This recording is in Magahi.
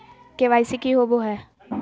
के.वाई.सी की हॉबे हय?